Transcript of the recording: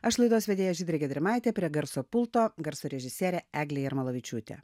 aš laidos vedėja žydrė gedrimaitė prie garso pulto garso režisierė eglė jarmolavičiūtė